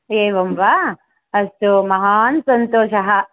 एवं वा अस्तु महान् सन्तोषः